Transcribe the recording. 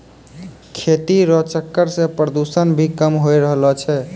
खेती रो चक्कर से प्रदूषण भी कम होय रहलो छै